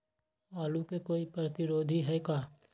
आलू के कोई प्रतिरोधी है का?